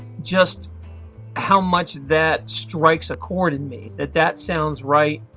just how much that strikes a chord in me, that that sounds right.